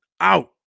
out